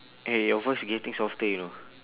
eh your voice getting softer you know